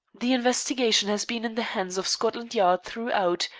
the investigation has been in the hands of scotland yard throughout,